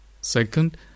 Second